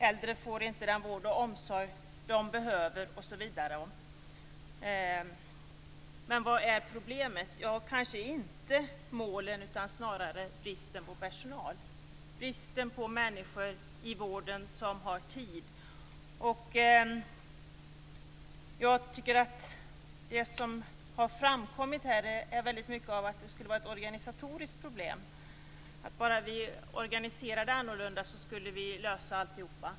Äldre får inte den vård och omsorg de behöver. Men vad är problemet? Kanske är det inte målen, utan snarare bristen på personal, bristen på människor i vården som har tid. Det som har framkommit här är att det skulle vara mycket av ett organisatoriskt problem. Bara vi organiserade annorlunda skulle vi lösa problemen.